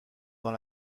dans